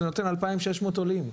זה נותן ל-2600 עולים.